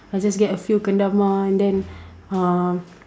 I just get a few kendama and then uh